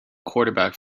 quarterback